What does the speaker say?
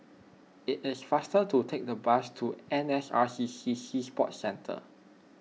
it is faster to take the bus to N S R C C Sea Sports Centre